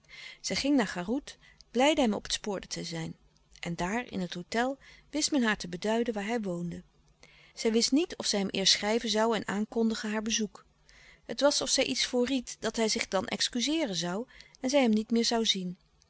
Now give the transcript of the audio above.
zij ging naar garoet blijde hem op het spoor te zijn en daar in het hôtel wist men haar te beduiden waar hij woonde zij louis couperus de stille kracht wist niet of zij hem eerst schrijven zoû en aankondigen haar bezoek het was of zij iets voorried dat hij zich dan excuzeeren zoû en zij hem niet meer zoû zien